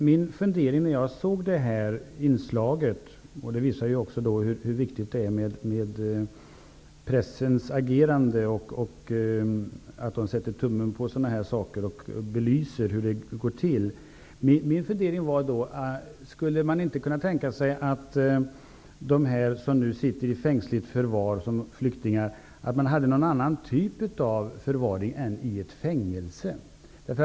Min fundering när jag såg detta inslag -- det visar hur viktigt det är med pressens agerande och att pressen sätter tummen på dessa frågor och belyser hur det går till -- var om man inte skulle kunna tänka sig att det finns någon annan typ av förvar än fängelse för dessa flyktingar.